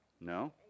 No